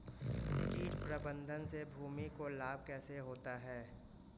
कीट प्रबंधन से भूमि को लाभ कैसे होता है?